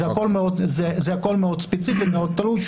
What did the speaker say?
הכל מאוד ספציפי ותלוי.